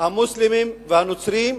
המוסלמים והנוצרים,